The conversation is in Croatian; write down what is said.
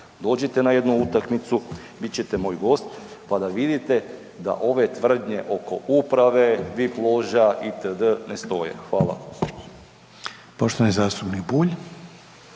dođite na jednu utakmicu, bit ćete moj gost pa da vidite da ove tvrdnje oko uprave, VIP loža itd. ne stoje. Hvala. **Reiner, Željko